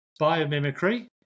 biomimicry